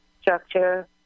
structure